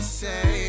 say